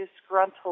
disgruntled